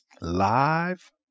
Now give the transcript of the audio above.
live